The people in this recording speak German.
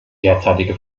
derzeitige